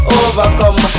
overcome